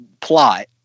plot